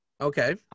okay